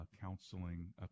counseling